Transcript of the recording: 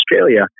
Australia